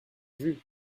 jus